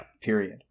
period